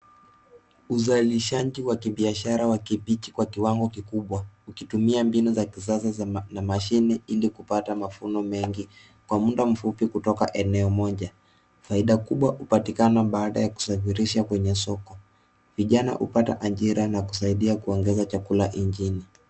Uzalishaji wa kibiashara wa kabichi kwa kiwango kikubwa ukitumia mbinu za kisasa za mshine ili kupata mavuno mengi kwa mda mfupi kutoka eneo moja. Faida kubwa hupatikana baada ya kusafirisha kwenye soko. Vijana hupata ajira na kusaida kuongeza chakula nchini.